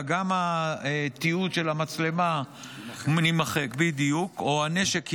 גם התיעוד של המצלמה יימחק או הנשק ייעלם.